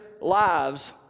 lives